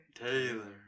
Taylor